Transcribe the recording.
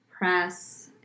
press